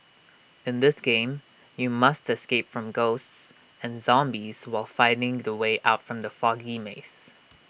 in this game you must escape from ghosts and zombies while finding the way out from the foggy maze